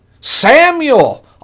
Samuel